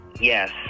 Yes